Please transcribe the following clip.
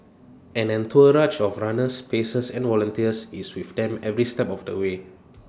an entourage of runners pacers and volunteers is with them every step of the way